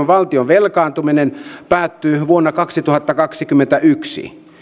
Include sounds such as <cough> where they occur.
<unintelligible> valtion velkaantuminen päättyy vuonna kaksituhattakaksikymmentäyksi